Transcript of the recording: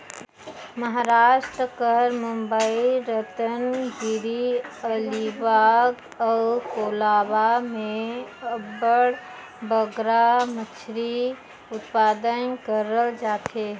महारास्ट कर बंबई, रतनगिरी, अलीबाग अउ कोलाबा में अब्बड़ बगरा मछरी उत्पादन करल जाथे